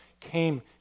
came